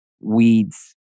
weeds